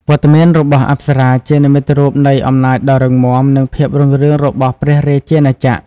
វត្តមានរបស់អប្សរាជានិមិត្តរូបនៃអំណាចដ៏រឹងមាំ និងភាពរុងរឿងរបស់ព្រះរាជាណាចក្រ។